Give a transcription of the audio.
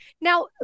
Now